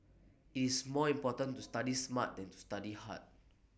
IT is more important to study smart than to study hard